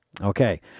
Okay